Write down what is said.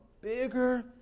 bigger